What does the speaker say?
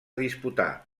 disputà